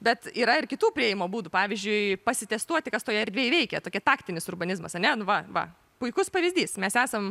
bet yra ir kitų priėjimo būdų pavyzdžiui pasitestuoti kas toje erdvėje veikia tokia taktinis urbanizmas ane nu va va puikus pavyzdys mes esam